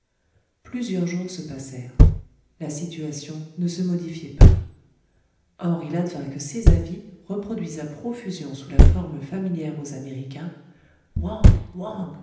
plusieurs jours se passèrent la situation ne se modifiait pas or il advint que ces avis reproduits à profusion sous la forme familière aux américains